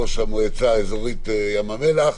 ראש המועצה האזורית ים המלח,